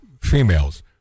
females